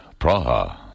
Praha